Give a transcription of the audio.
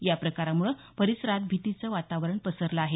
या प्रकारामुळे परिसरात भीतीचं वातावरण पसरलं आहे